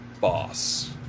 boss